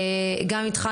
איתך,